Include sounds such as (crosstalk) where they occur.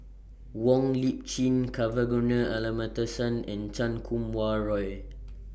Wong Lip Chin (unintelligible) and Chan Kum Wah Roy